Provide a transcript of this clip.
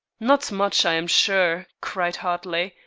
not much, i am sure, cried hartley,